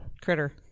Critter